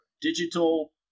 Digital